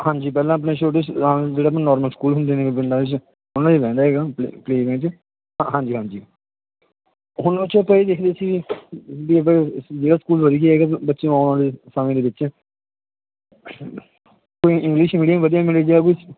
ਹਾਂਜੀ ਪਹਿਲਾਂ ਆਪਣੇ ਛੋਟੇ ਜਿਹੜੇ ਆਪਣੇ ਨੋਰਮਲ ਸਕੂਲ ਹੁੰਦੇ ਨੇ ਪਿੰਡਾਂ ਵਿੱਚ ਉਹਨਾਂ 'ਚ ਬਹਿੰਦਾ ਸੀਗਾ ਪ ਪਲੇ ਵੇ 'ਚ ਹਾਂਜੀ ਹਾਂਜੀ ਉਹਨਾਂ 'ਚੋਂ ਆਪਾਂ ਇਹ ਦੇਖਦੇ ਸੀ ਵੀ ਵੀ ਆਪਣੇ ਕਿਹੜਾ ਸਕੂਲ ਵਧੀਆ ਹੈਗਾ ਬੱਚੇ ਨੂੰ ਆਉਣ ਵਾਲੇ ਸਮੇਂ ਦੇ ਵਿੱਚ ਕੋਈ ਇੰਗਲਿਸ਼ ਮੀਡੀਅਮ ਵਧੀਆ ਮਿਲ ਗਿਆ ਕੁਛ